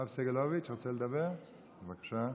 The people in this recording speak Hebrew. סגלוביץ', בבקשה.